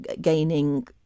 gaining